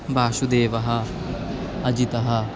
वासुदेवः अजितः